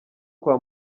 kwa